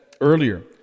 earlier